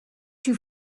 too